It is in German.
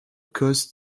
kurs